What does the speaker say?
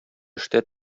эштә